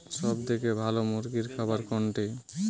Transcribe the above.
সবথেকে ভালো মুরগির খাবার কোনটি?